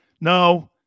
No